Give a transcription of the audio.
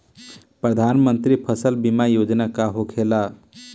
प्रधानमंत्री फसल बीमा योजना का होखेला?